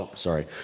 um sorry.